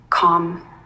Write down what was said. calm